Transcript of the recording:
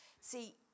See